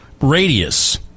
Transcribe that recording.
radius